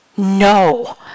No